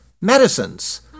medicines